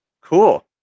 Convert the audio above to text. cool